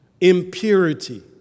impurity